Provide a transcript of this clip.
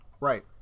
Right